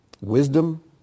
wisdom